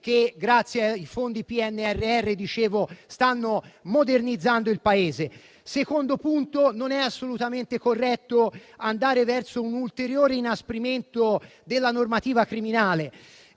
che, grazie ai fondi PNRR, stanno modernizzando il Paese. Secondo punto, non è assolutamente corretto andare verso un ulteriore inasprimento della normativa criminale.